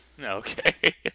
Okay